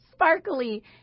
sparkly